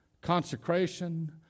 consecration